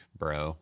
bro